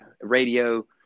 radio